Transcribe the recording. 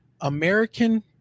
American